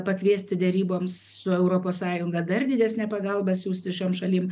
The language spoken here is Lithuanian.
pakviesti deryboms su europos sąjunga dar didesnę pagalbą siųsti šiom šalim